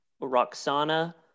Roxana